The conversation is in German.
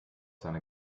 seine